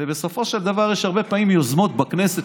בסופו של דבר יש הרבה פעמים יוזמות בכנסת